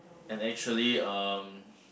and actually um